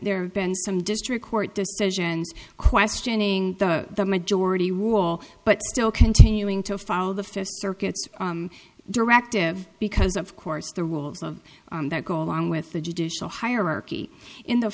there have been some district court decisions questioning the majority rule but still continuing to follow the fifth circuit's directive because of course the rules of that go along with the judicial hierarchy in the